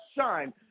shine